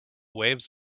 waves